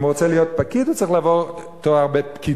אם הוא רוצה להיות פקיד הוא צריך לעבור תואר בפקידות,